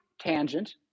tangent